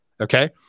okay